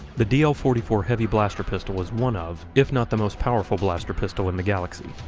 the dl forty four heavy blaster pistol is one of, if not the most powerful blaster pistol in the galaxy.